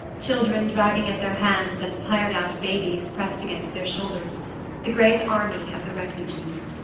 children dragging at their hands and tired-out babies pressed against their shoulders the great army of the refugees.